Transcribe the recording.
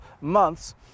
months